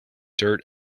dirt